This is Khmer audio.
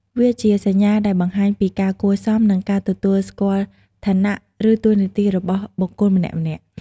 វាជាសញ្ញាដែលបង្ហាញពីការគួរសម និងការទទួលស្គាល់ឋានៈ ឬតួនាទីរបស់បុគ្គលម្នាក់ៗ។